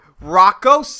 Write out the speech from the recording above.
Rocco